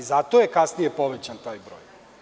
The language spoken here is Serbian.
Zato je kasnije povećan taj broj.